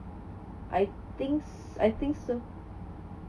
I thinks I think so